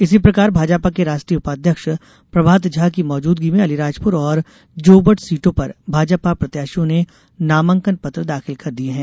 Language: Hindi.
इसी प्रकार भाजपा के राष्ट्रीय उपाध्यक्ष प्रभात झा की मौजूदगी में अलीराजपुर और जोबट सीटों पर भाजपा प्रत्याशियों ने नामांकन पत्र दाखिल कर दिए हैं